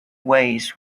ways